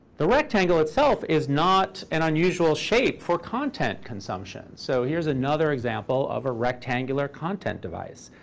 the rectangle itself is not an unusual shape for content consumption. so here's another example of a rectangular content device.